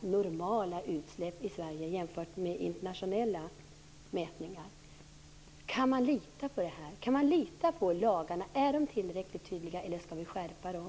normala utsläpp än vad man gjort internationellt. Kan man lita på lagarna? Är de tillräckligt tydliga, eller skall vi skärpa dem?